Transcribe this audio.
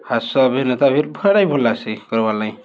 ହାସ୍ୟ ଅଭିନେତା ବି ହେଟା ବି ଭଲ୍ ଲାଗ୍ସି କର୍ବାର୍ ଲାଗି